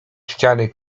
ściany